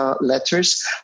letters